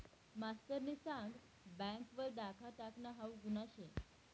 मास्तरनी सांग बँक वर डाखा टाकनं हाऊ गुन्हा शे